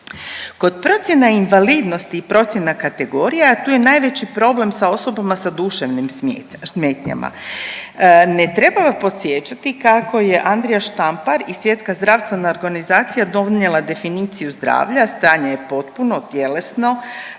Kod procjena invalidnosti i procjena kategorija, tu je najveći problem sa osobama sa duševnim smetnjama. Ne treba podsjećati kako je Andrija Štampar i Svjetska zdravstvena organizacija donijela definiciju zdravlja, stanje potpuno tjelesno,